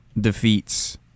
Defeats